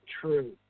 true